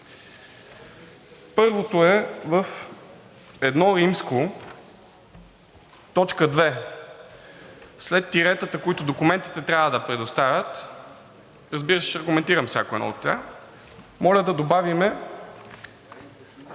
Първото е: в I, точка две, след тиретата, които документите трябва да предоставят, разбира се, ще аргументирам всяко едно от тях, моля да добавим